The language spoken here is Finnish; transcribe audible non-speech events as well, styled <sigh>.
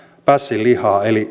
pässinlihaa eli <unintelligible>